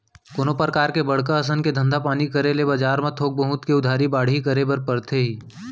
कोनो परकार के बड़का असन के धंधा पानी करे ले बजार म थोक बहुत के उधारी बाड़ही करे बर परथे ही